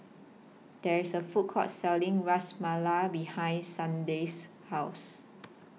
There IS A Food Court Selling Ras Malai behind Sharday's House